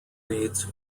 reads